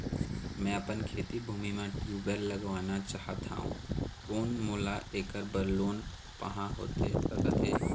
मैं अपन खेती भूमि म ट्यूबवेल लगवाना चाहत हाव, कोन मोला ऐकर बर लोन पाहां होथे सकत हे?